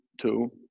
two